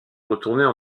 retourner